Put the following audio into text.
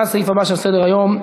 לסעיף הבא שעל סדר-היום,